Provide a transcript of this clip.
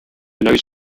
knows